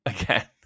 Again